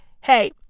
Hey